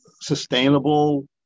sustainable